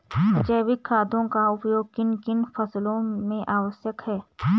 जैविक खादों का उपयोग किन किन फसलों में आवश्यक है?